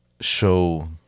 show